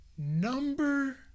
Number